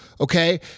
okay